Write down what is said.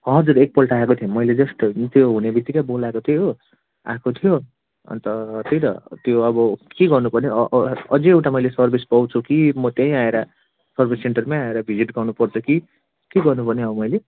हजुर एक पल्ट आएको थियो मैले जस्ट त्यो हुने बित्तिकै बोलाएको थिएँ हो आएको थियो अन्त त्यही त त्यो अब के गर्नु पर्ने अझ एउटा मैले सर्भिस पाउँछु कि म त्यहीँ आएर सर्भिस सेन्टरमै आएर भिजिट गर्नु पर्छ कि के गर्नु पर्ने अब मैले